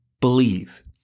believe